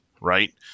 right